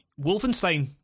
Wolfenstein